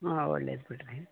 ಹಾಂ ಒಳ್ಳೇದು ಬಿಡಿರಿ